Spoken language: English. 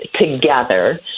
together